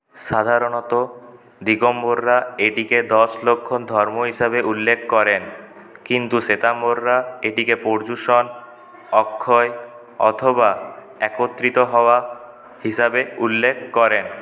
সাধারণত দিগম্বররা এটিকে দশ লক্ষ ধর্ম হিসাবে উল্লেখ করেন কিন্তু শ্বেতাম্বররা এটিকে পর্যুষণ অক্ষয় অথবা একত্রিত হওয়া হিসাবে উল্লেখ করেন